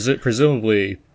presumably